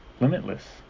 limitless